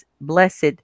blessed